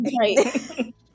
right